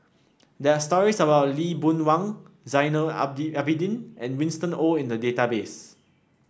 there are stories about Lee Boon Wang Zainal Abidi Abidin and Winston Oh in the database